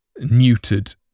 neutered